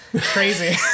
Crazy